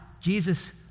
Jesus